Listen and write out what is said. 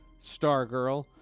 Stargirl